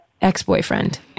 Ex-boyfriend